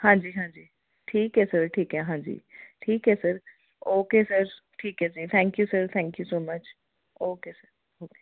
ਹਾਂਜੀ ਹਾਂਜੀ ਠੀਕ ਹੈ ਸਰ ਠੀਕ ਹੈ ਹਾਂਜੀ ਠੀਕ ਹੈ ਸਰ ਓਕੇ ਸਰ ਠੀਕ ਹੈ ਜੀ thank you sir thank you so much okay sir okay